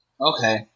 Okay